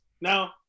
Now